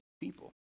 people